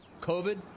covid